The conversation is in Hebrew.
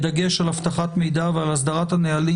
בדגש על אבטחת מידע ועל הסדרת הנהלים